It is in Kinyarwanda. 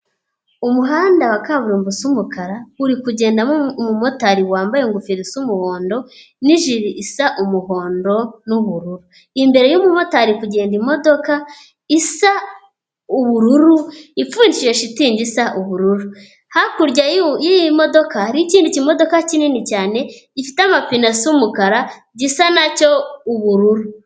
Umuhanda wa kaburimbo usa umukara uri kugendamo umumotari wambaye ingofero isa umuhondo n'ijiri isa umuhondo n'ubururu, imbere y'umumotari hari kugenda imodoka isa ubururu ipfundikije shitingi isa ubururu, hakurya y'iyimodoka hariho ikindi kimodoka kinini cyane gifite amapine asa umukara gisa nacyo ubururu.